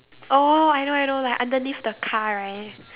oh I know I know like underneath the car right